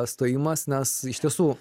stojimas nes iš tiesų